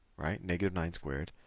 right? negative nine squared.